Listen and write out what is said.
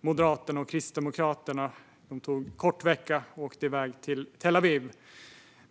Moderaterna och Kristdemokraterna. De tog kort vecka och åkte iväg till Tel Aviv.